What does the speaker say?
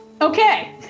Okay